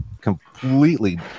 completely